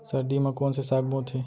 सर्दी मा कोन से साग बोथे?